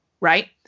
Right